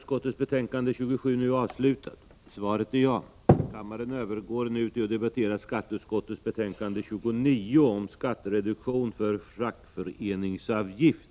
Kammaren övergår nu till att debattera skatteutskottets betänkande 29 om skattereduktion för fackföreningsavgift.